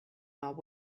not